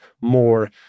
more